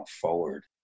forward